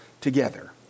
together